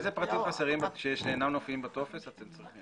איזה פרטים חסרים לך שאינם מופיעים בטופס ואתם צריכים